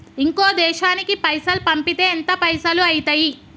ఇంకో దేశానికి పైసల్ పంపితే ఎంత పైసలు అయితయి?